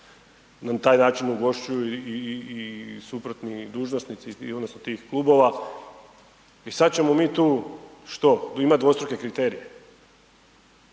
na taj način ugošćuju i suprotni dužnosnici odnosno tih klubova i sad ćemo mi tu, što? Imati dvostruke kriterije.